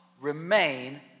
remain